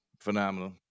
phenomenal